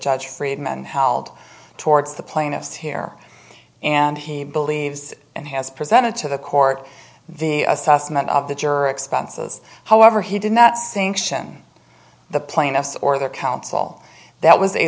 judge friedman held towards the plaintiffs here and he believes and has presented to the court the assessment of the jury expenses however he did not sink sharon the plaintiffs or their counsel that was a